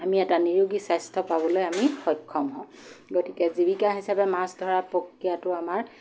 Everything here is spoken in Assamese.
আমি এটা নিৰোগী স্বাস্থ্য পাবলৈ আমি সক্ষম হওঁ গতিকে জীৱিকা হিচাপে মাছ ধৰা প্ৰক্ৰিয়াটো আমাৰ